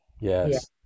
Yes